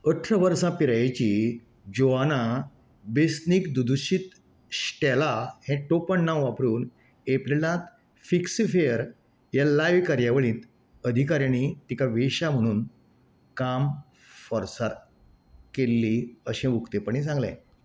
अठरा वर्सां पिरायेची जोआना बेसनीक दुदुशीत स्टेला हें टोपण नांव वापरून एप्रीलांत फिक्स फेयर ह्या लायव कार्यावळींत अधिकाऱ्यांनी तिका वेश्या म्हणून काम फोर्सार केल्ली अशें उक्तेपणी सांगलें